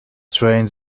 train